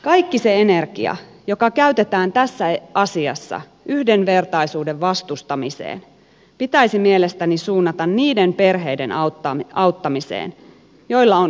kaikki se energia joka käytetään tässä asiassa yhdenvertaisuuden vastustamiseen pitäisi mielestäni suunnata niiden perheiden auttamiseen joilla on oikeita ongelmia